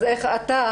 אז איך אתה,